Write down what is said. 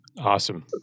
Awesome